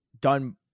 done